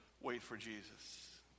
wait-for-Jesus